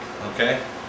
Okay